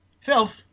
filth